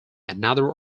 another